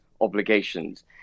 obligations